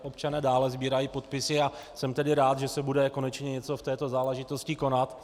Občané dále sbírají podpisy a jsem tedy rád, že se bude konečně něco v této záležitosti konat.